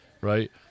right